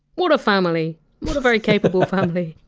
what a family. what a very capable family.